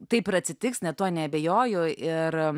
taip ir atsitiks net tuo neabejoju ir